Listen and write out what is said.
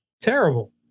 Terrible